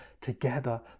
together